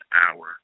hour